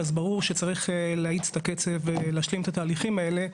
ברור שצריך להאיץ את הקצב להשלים את התהליכים האלה.